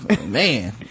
man